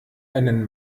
einen